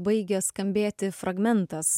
baigia skambėti fragmentas